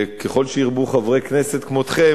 ככל שירבו חברי כנסת כמותכם,